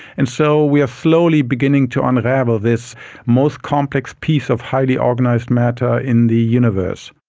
and so we are slowly beginning to unravel this most complex piece of highly organised matter in the universe.